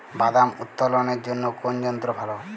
বাদাম উত্তোলনের জন্য কোন যন্ত্র ভালো?